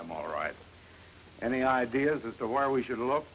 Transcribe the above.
them all right any ideas as to why we should look